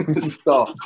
stop